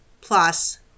plus